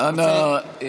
אנא,